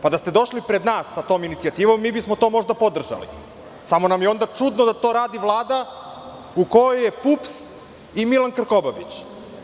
Da ste došli pred nas sa tom inicijativom, mi bismo to možda podržali, samo nam je onda čudno da to radi Vlada u kojoj je PUPS i Milan Krkobabić.